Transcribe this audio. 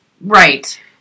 Right